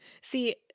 See